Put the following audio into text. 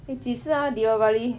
eh 几时啊 deepavali